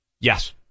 Yes